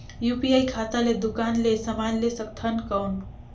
UPI खाता ले दुकान ले समान ले सकथन कौन?